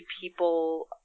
people